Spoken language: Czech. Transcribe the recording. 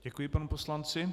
Děkuji panu poslanci.